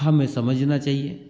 हमें समझना चाहिए